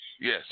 Yes